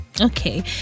Okay